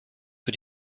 für